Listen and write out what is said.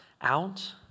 out